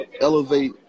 elevate